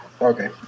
Okay